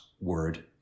word